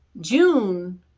June